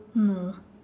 no